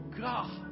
God